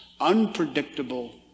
unpredictable